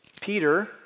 Peter